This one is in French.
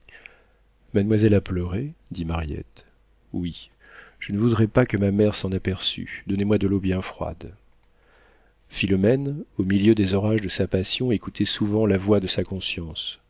mademoiselle a pleuré dit mariette oui je ne voudrais pas que ma mère s'en aperçût donnez-moi de l'eau bien froide philomène au milieu des orages de sa passion écoutait souvent la voix de sa conscience